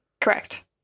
Correct